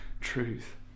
truth